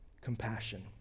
compassion